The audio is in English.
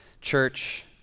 church